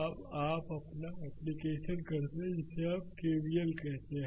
अब आप अपना एप्लीकेशन करते हैं जिसे आप केवीएल कहते हैं